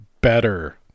better